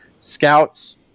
Scouts